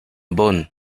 bonne